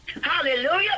Hallelujah